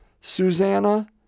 Susanna